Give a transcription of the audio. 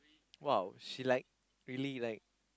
!wow! she like really like